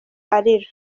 arira